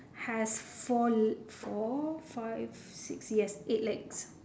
has four le~ four five six yes eight legs